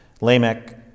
Lamech